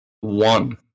one